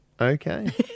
Okay